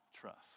trust